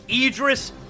Idris